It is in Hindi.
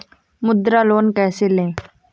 मुद्रा लोन कैसे ले?